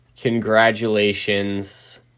Congratulations